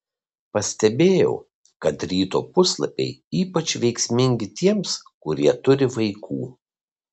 pastebėjau kad ryto puslapiai ypač veiksmingi tiems kurie turi vaikų